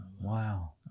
Wow